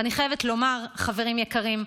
ואני חייבת לומר, חברים יקרים,